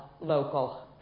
local